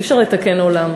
אי-אפשר לתקן עולם.